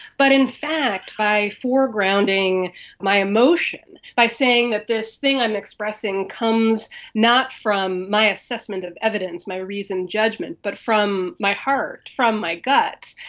but in fact by foregrounding my emotion, by saying that this thing i'm expressing comes not from my assessment of evidence, my reasoned judgement, but from my heart, from my gut,